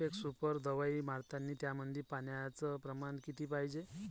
Profex super दवाई मारतानी त्यामंदी पान्याचं प्रमाण किती पायजे?